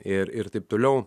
ir ir taip toliau